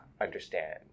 understand